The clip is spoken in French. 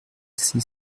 six